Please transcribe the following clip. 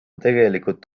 tegelikult